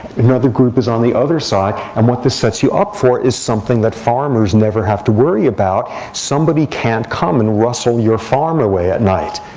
another group is on the other side. and what this sets you up for is something that farmers never have to worry about. somebody can't come and rustle your farm away at night.